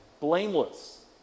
blameless